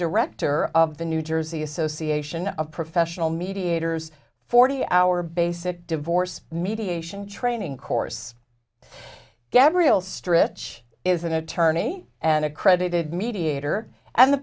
director of the new jersey association of professional mediators forty hour basic divorce mediation training course gabrial stritch is an attorney an accredited mediator and the